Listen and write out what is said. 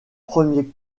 premier